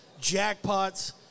jackpots